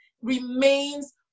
remains